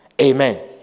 Amen